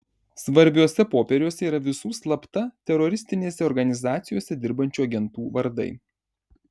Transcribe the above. svarbiuose popieriuose yra visų slapta teroristinėse organizacijose dirbančių agentų vardai